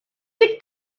with